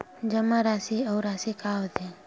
जमा राशि अउ राशि का होथे?